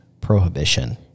Prohibition